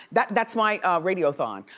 that's that's my radiothon.